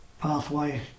pathway